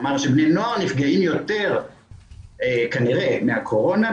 כלומר שבני נוער נפגעים יותר כנראה מהקורונה,